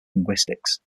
linguistics